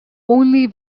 only